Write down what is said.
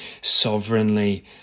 sovereignly